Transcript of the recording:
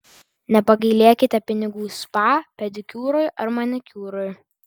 nepagailėkite pinigų spa pedikiūrui ar manikiūrui